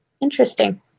Interesting